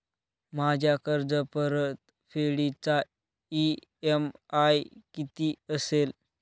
माझ्या कर्जपरतफेडीचा इ.एम.आय किती असेल?